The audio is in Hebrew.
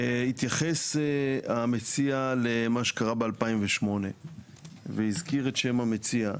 התייחס המציע למה שקרה ב-2008 והזכיר את שם המציע.